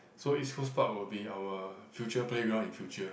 so East Coast Park will be our future playground in future